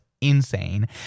Insane